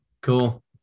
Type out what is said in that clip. Cool